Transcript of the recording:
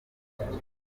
imyanda